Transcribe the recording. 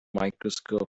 microscope